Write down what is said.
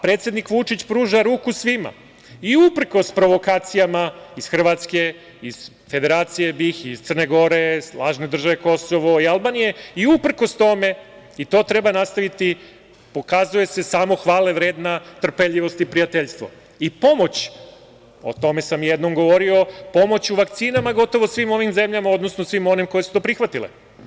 Predsednik Vučić pruža ruku svima, i uprkos provokacija iz Hrvatske iz Federacije BiH, iz Crne Gore, lažne države Kosovo i Albanije, i uprkos tome, i to treba nastaviti, pokazuje se samo hvale vredna trpeljivost i prijateljstvo, i pomoć, o tome sam jednom govorio, pomoć u vakcinama gotovo, svim zemljama, odnosno svim onima koje su to prihvatile.